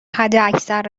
حداکثر